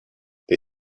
they